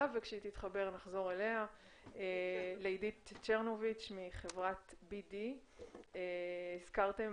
נפנה לעידית צ'רנוביץ' מחברת BD. הזכרתם